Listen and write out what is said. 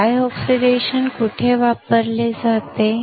dry oxidation कुठे वापरले जाते